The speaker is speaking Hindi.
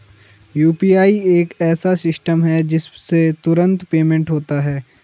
यू.पी.आई एक ऐसा सिस्टम है जिससे तुरंत पेमेंट होता है